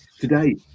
Today